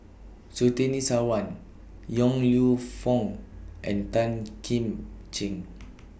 Surtini Sarwan Yong Lew Foong and Tan Kim Ching